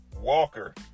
Walker